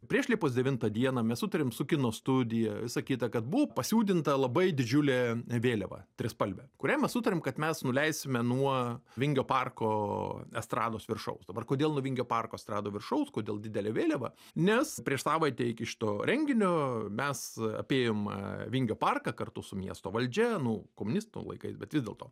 prieš liepos devintą dieną mes sutarėm su kino studija visa kita kad buvo pasiūdinta labai didžiulė vėliava trispalvė kurią mes sutarėm kad mes nuleisime nuo vingio parko estrados viršaus dabar kodėl nuo vingio parko estrado viršaus kodėl didelė vėliava nes prieš savaitę iki šito renginio mes apėjom aaa vingio parką kartu su miesto valdžia komunistų laikais bet vis dėlto